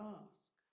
ask